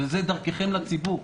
ודרככם לציבור.